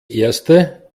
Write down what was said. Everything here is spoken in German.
erste